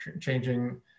changing